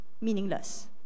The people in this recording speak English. meaningless